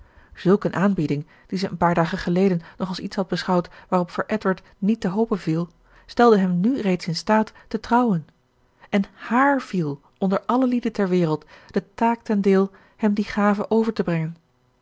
zulk een aanbieding die zij een paar dagen geleden nog als iets had beschouwd waarop voor edward niet te hopen viel stelde hem nu reeds in staat te trouwen en haar viel onder alle lieden ter wereld de taak ten deel hem die gave over te brengen